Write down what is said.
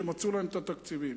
שמצאו להם תקציבים.